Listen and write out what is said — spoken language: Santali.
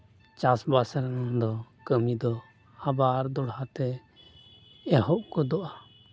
ᱪᱟᱥᱼᱵᱟᱥ ᱫᱚ ᱠᱟᱹᱢᱤ ᱫᱚ ᱟᱵᱟᱨ ᱫᱚᱦᱲᱟᱛᱮ ᱮᱦᱚᱵ ᱜᱚᱫᱚᱜᱼᱟ